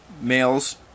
Males